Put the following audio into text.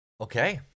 Okay